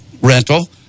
rental